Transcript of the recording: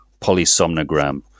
polysomnogram